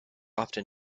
often